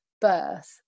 birth